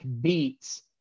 beats